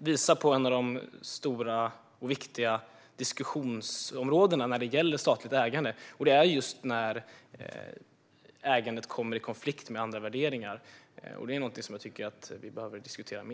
visar på ett av de stora och viktiga diskussionsområdena när det gäller statligt ägande. Det är just när ägandet kommer i konflikt med andra värderingar. Det är någonting som jag tycker att vi behöver diskutera mer.